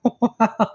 Wow